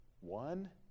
One